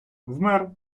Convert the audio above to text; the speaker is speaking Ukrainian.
вмер